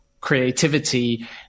creativity